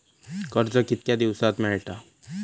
कर्ज कितक्या दिवसात मेळता?